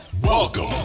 Welcome